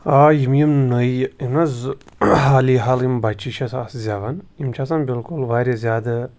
آ یِم یِم نٔیہِ یِم حظ حالٕے حال یِم بَچہِ چھِ آسان اَسہِ زٮ۪وان یِم چھِ آسان بلکل واریاہ زیادٕ